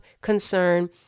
concern